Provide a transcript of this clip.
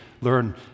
learn